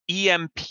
EMP